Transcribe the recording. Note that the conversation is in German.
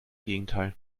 gegenteil